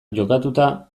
jokatuta